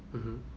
mmhmm